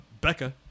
Becca